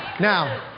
Now